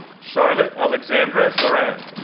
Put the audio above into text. charlotte alexandra doran,